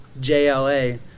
JLA